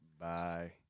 Bye